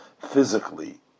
physically